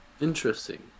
Interesting